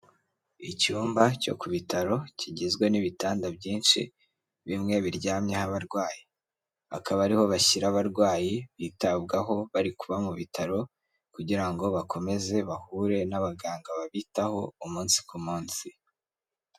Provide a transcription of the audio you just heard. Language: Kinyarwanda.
Icyumba cyo ku bitaro kigizwe n'ibitanda byinshi bimwe biryamyeho abarwayi, akaba ari ho bashyira abarwayi bitabwaho bari kuba mu bitaro kugira ngo bakomeze bahure n'abaganga babitaho umunsi ku munsi.